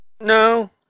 No